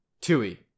Tui